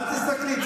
אל תסתכלי.